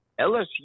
LSU